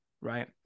right